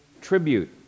tribute